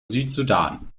südsudan